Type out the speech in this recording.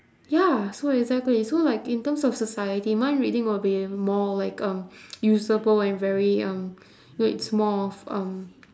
ya so exactly so like in terms of society mind reading will be more like um usable and very um it's more of um